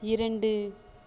இரண்டு